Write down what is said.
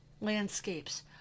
landscapes